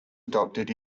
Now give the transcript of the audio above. adopted